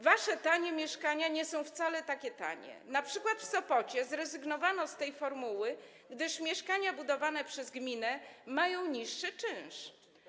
Wasze tanie mieszkania nie są wcale takie tanie, np. w Sopocie zrezygnowano z tej formuły, gdyż mieszkania budowane przez gminę mają niższy czynsz.